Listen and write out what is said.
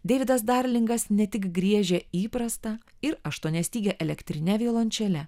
deividas darlingas ne tik griežė įprasta ir aštuoniastyge elektrine violončele